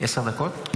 עשר דקות.